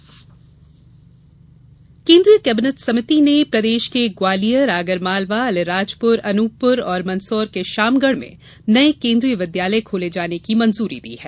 कैन्द्रीय विद्यालय कैन्द्रीय केबिनेट समिति ने प्रदेश के ग्वालियर आगरमालवा अलीराजपुर अनूपपुर मंदसौर के शामगढ में नये केन्द्रीय विद्यालय खोले जाने की मंजूरी दी है